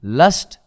lust